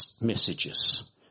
messages